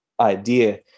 idea